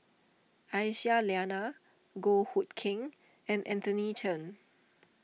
Aisyah Lyana Goh Hood Keng and Anthony Chen